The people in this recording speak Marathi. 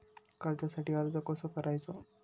कर्जासाठी अर्ज कसो करायचो?